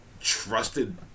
trusted